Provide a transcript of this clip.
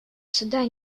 суда